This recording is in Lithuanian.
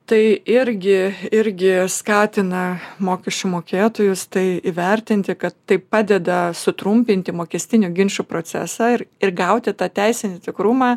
tai irgi irgi skatina mokesčių mokėtojus tai įvertinti kad tai padeda sutrumpinti mokestinių ginčų procesą ir ir gauti tą teisinį tikrumą